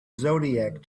zodiac